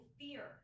fear